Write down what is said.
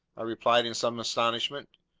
i replied in some astonishment.